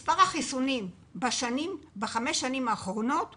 ושמספר החיסונים בחמש השנים האחרונות הושלש.